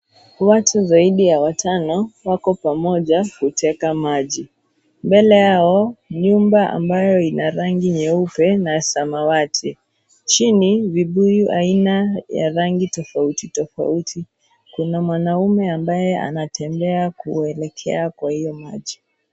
Watu zaidi ya watano wako pamoja kutega maji, mbele yao nyumba ambayo ina rangi nyeupe na samawati . Chini vibuyu aina ya rangi tofauti tofauti, kuna mwanaume ambaye anatembea kuelekea Kwa hiyo maji.